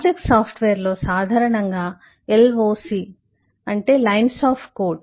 complex సాఫ్ట్వేర్లో సాధారణంగా L O C Loc అంటే లైన్స్ ఆఫ్ కోడ్